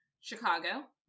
Chicago